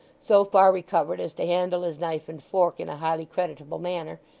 so far recovered as to handle his knife and fork in a highly creditable manner,